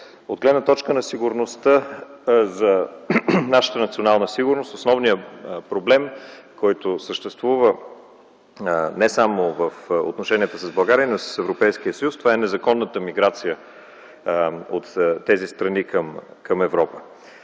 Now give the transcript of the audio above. От гледна точка нашата национална сигурност, основният проблем, който съществува не само в отношенията с България, но и с Европейския съюз, това е незаконната миграция от тези страни към Европа.